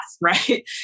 right